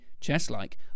chess-like